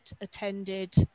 attended